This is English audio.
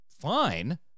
fine